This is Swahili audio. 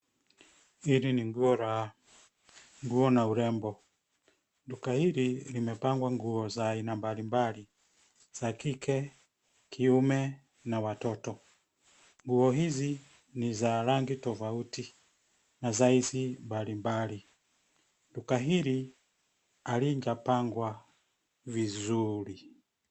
Hili ni nguo la nguo na urembo. Duka hili limepangwa nguo za aina mbali mbali za kike, kiume na watoto. Nguo hizi ni za rangi tofauti na za hisi mbali mbali. Duka hili halijapangwa vizuri.